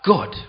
God